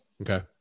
Okay